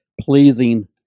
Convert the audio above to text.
pleasing